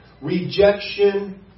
Rejection